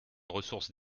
ressource